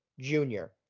junior